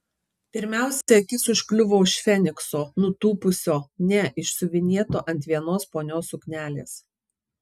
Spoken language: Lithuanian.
pirmiausia akis užkliuvo už fenikso nutūpusio ne išsiuvinėto ant vienos ponios suknelės